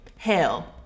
hell